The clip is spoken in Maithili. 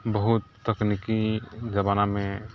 बहुत तकनीकी जमानामे